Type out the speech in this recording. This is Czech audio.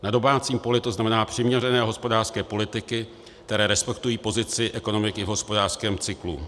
Na domácím poli to znamená přiměřené hospodářské politiky, které respektují pozici ekonomiky v hospodářském cyklu.